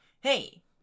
hey